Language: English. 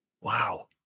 Wow